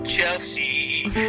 Chelsea